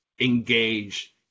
engage